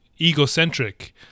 egocentric